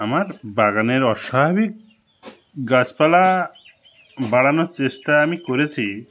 আমার বাগানের অস্বাভাবিক গাছপালা বাড়ানোর চেষ্টা আমি করেছি